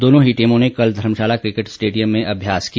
दोनों ही टीमों ने कल धर्मशाला क्रिकेट स्टेडियम में अभ्यास किया